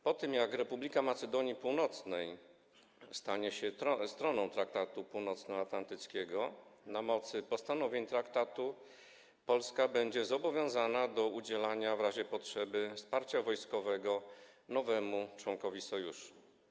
Po tym jak Republika Macedonii Północnej stanie się stroną Traktatu Północnoatlantyckiego, na mocy postanowień traktatu Polska będzie zobowiązana do udzielania w razie potrzeby wsparcia wojskowego nowemu członkowi sojuszu.